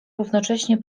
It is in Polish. równocześnie